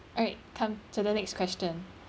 alright come to the next question